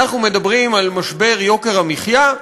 אנחנו מדברים על משבר יוקר המחיה?